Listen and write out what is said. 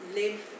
live